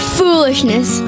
foolishness